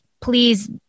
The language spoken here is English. please